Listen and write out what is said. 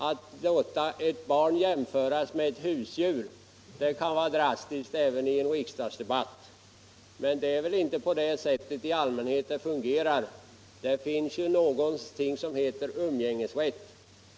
Att jämföra barn med husdjur kan vara drastiskt även i en riksdagsdebatt. Men det är väl inte på det sättet det fungerar i allmänhet. Det finns ju någonting som heter umgängesrätt.